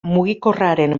mugikorraren